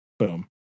Boom